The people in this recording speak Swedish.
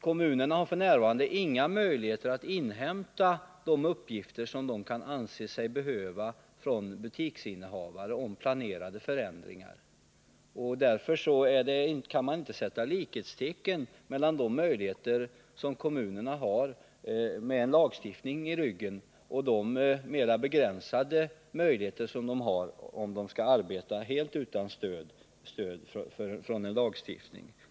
Kommunerna har f. n. inga möjligheter att från butiksinnehavare inhämta de uppgifter om planerad förändring som de anser sig behöva. Därför kan man inte sätta likhetstecken mellan de möjligheter som kommunerna har med en lagstiftning bakom ryggen och de mer begränsade möjligheter de har om de skall arbeta helt utan stöd av en lagstiftning.